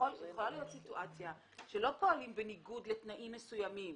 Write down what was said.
יכולה להיות סיטואציה שלא פועלים בניגוד לתנאים מסוימים.